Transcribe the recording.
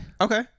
Okay